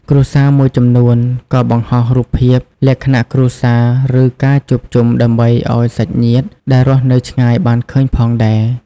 គ្រួសារមួយចំនួនក៏បង្ហោះរូបភាពលក្ខណៈគ្រួសារ ឬ ការជួបជុំដើម្បីឱ្យសាច់ញាតិដែលរស់នៅឆ្ងាយបានឃើញផងដែរ។